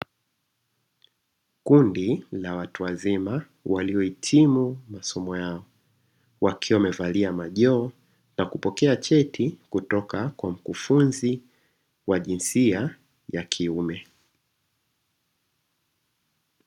Kundi la watu wazima waliohitimu masomo yao wakiwa wamevalia majoho na kupokea cheti kutoka kwa mkufunzi wa jinsia ya kiume.